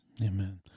Amen